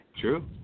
True